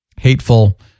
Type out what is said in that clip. hateful